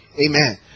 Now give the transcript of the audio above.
Amen